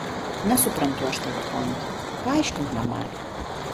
nesuprantu aš tavo pointo paaiškink normaliai